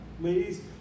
ladies